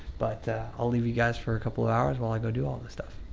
but i'll leave you guys for a couple of hours while i go do all this stuff.